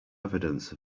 evidence